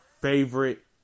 favorite